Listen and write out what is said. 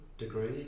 degree